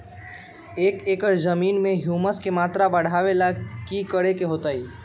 एक एकड़ जमीन में ह्यूमस के मात्रा बढ़ावे ला की करे के होतई?